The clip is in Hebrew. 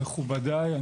מכובדיי,